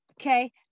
Okay